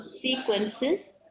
sequences